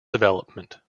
development